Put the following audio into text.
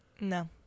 No